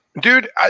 Dude